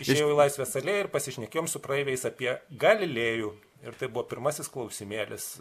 išėjau į laisvės alėją ir pasišnekėjom su praeiviais apie galilėjų ir tai buvo pirmasis klausimėlis